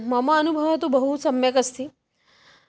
मम अनुभवः तु बहु सम्यगस्ति